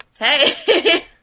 hey